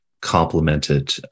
complemented